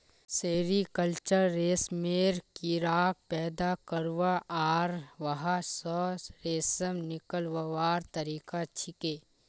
sericulture रेशमेर कीड़ाक पैदा करवा आर वहा स रेशम निकलव्वार तरिका छिके